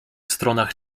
stronach